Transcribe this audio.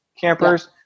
campers